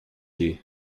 here